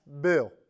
Bill